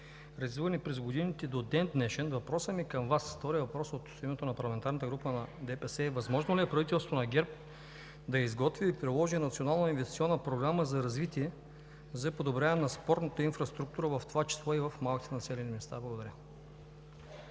развитие за подобряване на спортната инфраструктура, в това число и в малките населени места? Благодаря.